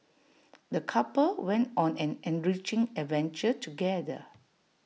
the couple went on an enriching adventure together